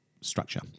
structure